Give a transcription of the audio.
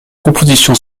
composition